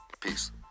Peace